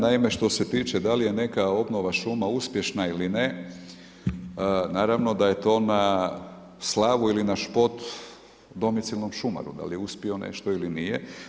Naime, što se tiče da li je neka obnova šuma uspješna ili ne, naravno da je to na slavu ili na špot domicilnom šumaru da li je uspio nešto ili nije.